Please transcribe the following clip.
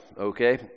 okay